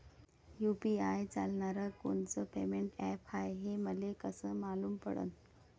UPI चालणारं कोनचं payment app हाय, हे मले कस मालूम पडन?